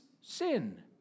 sin